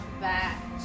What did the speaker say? back